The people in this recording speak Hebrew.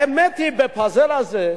האמת היא, בפאזל הזה,